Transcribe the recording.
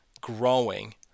growing